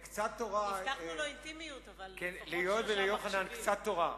הבטחנו לו אינטימיות אבל לפחות שלושה מקשיבים.